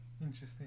Interesting